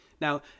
Now